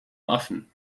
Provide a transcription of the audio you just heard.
affen